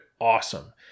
awesome